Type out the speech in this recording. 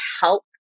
help